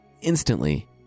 instantly